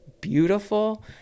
beautiful